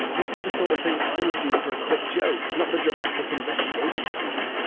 this is the sort of thing i would do for a quick joke, not the dramatic investigation scene.